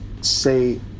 say